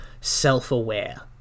self-aware